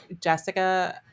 Jessica